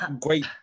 great